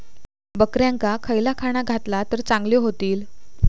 बकऱ्यांका खयला खाणा घातला तर चांगल्यो व्हतील?